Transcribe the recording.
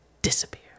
disappear